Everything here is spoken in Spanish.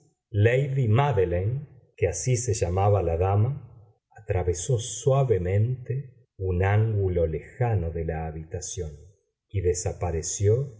lady mádeline que así se llamaba la dama atravesó suavemente un ángulo lejano de la habitación y desapareció